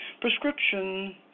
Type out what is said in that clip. Prescription